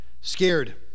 scared